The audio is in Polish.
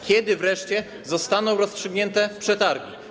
Kiedy wreszcie zostaną rozstrzygnięte przetargi?